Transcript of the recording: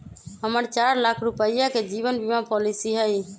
हम्मर चार लाख रुपीया के जीवन बीमा पॉलिसी हई